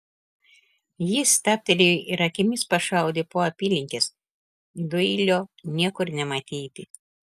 jis stabtelėjo ir akimis pašaudė po apylinkes doilio niekur nematyti